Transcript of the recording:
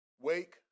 Wake